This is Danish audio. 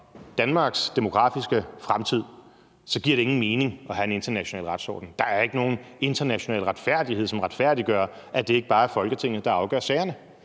Danmarks demografiske fremtid, giver det ingen mening at have en international retsorden. Der er ikke nogen international retfærdighed, som retfærdiggør, at det ikke bare er Folketinget, der afgør sagerne.